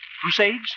Crusades